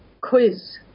quiz